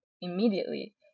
immediately